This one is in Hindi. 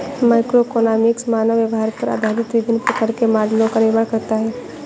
माइक्रोइकोनॉमिक्स मानव व्यवहार पर आधारित विभिन्न प्रकार के मॉडलों का निर्माण करता है